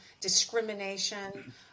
discrimination